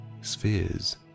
spheres